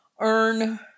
earn